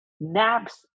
naps